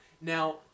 Now